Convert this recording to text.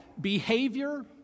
behavior